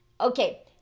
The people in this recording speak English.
Okay